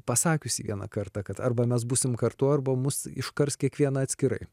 pasakiusį vieną kartą kad arba mes būsim kartu arba mus iškars kiekvieną atskirai